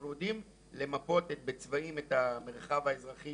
אנחנו יודעים למפות בצבעים את המרחב האזרחי